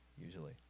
usually